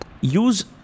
use